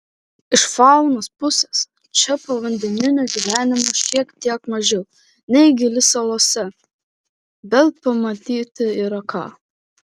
iš faunos pusės čia povandeninio gyvenimo šiek tiek mažiau nei gili salose bet pamatyti yra ką